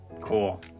cool